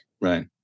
Right